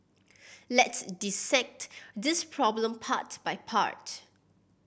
let's dissect this problem part by part